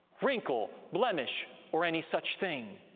wrinkle, blemish or any such thing.